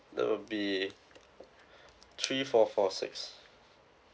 that will be three four four six